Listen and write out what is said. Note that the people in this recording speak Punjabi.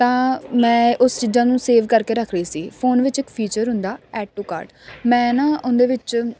ਤਾਂ ਮੈਂ ਉਸ ਚੀਜ਼ਾਂ ਨੂੰ ਸੇਵ ਕਰਕੇ ਰੱਖ ਰਹੀ ਸੀ ਫੋਨ ਵਿੱਚ ਇੱਕ ਫੀਚਰ ਹੁੰਦਾ ਐਡ ਟੂ ਕਾਰਟ ਮੈਂ ਨਾ ਉਹਦੇ ਵਿੱਚ